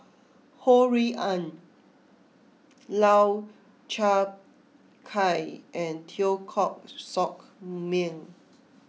Ho Rui An Lau Chiap Khai and Teo Koh Sock Miang